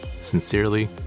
Sincerely